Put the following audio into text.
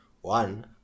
One